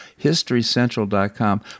HistoryCentral.com